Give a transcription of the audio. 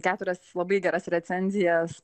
keturias labai geras recenzijas